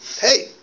hey